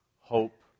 hope